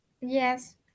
Yes